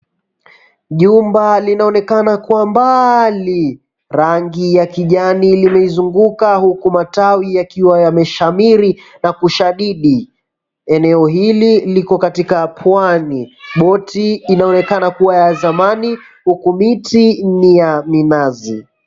Jumba linaonekana kwa mbali. Rangi ya kijani limeizunguka huku matawi yakiwa yameshamiri na kushadidi. Eneo hili liko katika Pwani. Boti inaonekana kuwa ya zamani huku miti ni ya minazi.